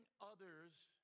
others